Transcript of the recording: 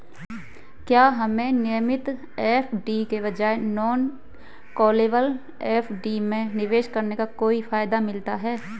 क्या हमें नियमित एफ.डी के बजाय नॉन कॉलेबल एफ.डी में निवेश करने का कोई फायदा मिलता है?